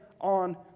on